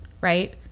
right